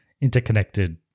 interconnected